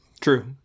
True